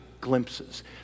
glimpses